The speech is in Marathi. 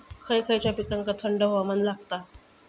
खय खयच्या पिकांका थंड हवामान लागतं?